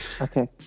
Okay